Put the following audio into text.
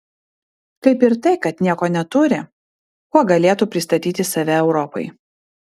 kaip ir tai kad nieko neturi kuo galėtų pristatyti save europai